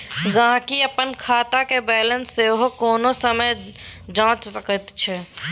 गहिंकी अपन खातक बैलेंस सेहो कोनो समय जांचि सकैत छै